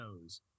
knows